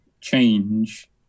change